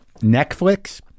Netflix